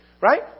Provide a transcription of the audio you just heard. right